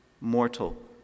mortal